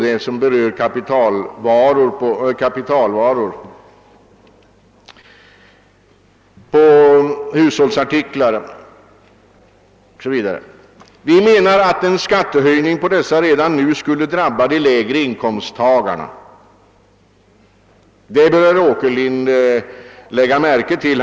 Den berör kapitalvaror som är att betrakta som hushållsartiklar, och vi menar att en skattehöjning på dessa redan nu skulle drabba de lägre inkomsttagarna. Detta bör herr Åkerlind lägga märke till.